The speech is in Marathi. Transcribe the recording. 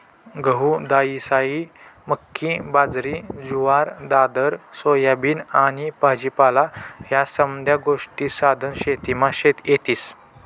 गहू, दायीसायी, मक्की, बाजरी, जुवार, दादर, सोयाबीन आनी भाजीपाला ह्या समद्या गोष्टी सधन शेतीमा येतीस